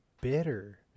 bitter